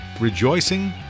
Rejoicing